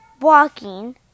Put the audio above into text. walking